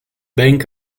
bank